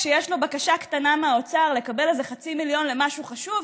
כשיש לו בקשה קטנה מהאוצר לקבל איזה חצי מיליון למשהו חשוב,